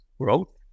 growth